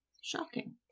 Shocking